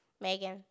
Megan